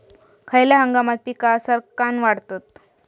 खयल्या हंगामात पीका सरक्कान वाढतत?